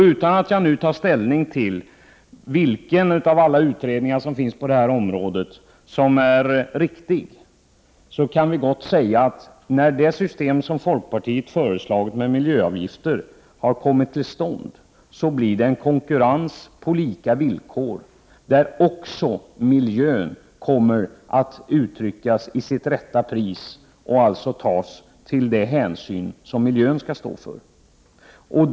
Utan att jag nu tar ställning till vilken av alla de utredningar som finns på detta område som är riktig, kan jag gott säga att det, när det system med miljöavgifter som folkpartiet har föreslagit har kommit till stånd, blir en konkurrens på lika villkor, där också miljön kommer att uttryckas i sitt rätta pris och den hänsyn som gäller miljön kommer att tas.